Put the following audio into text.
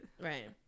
Right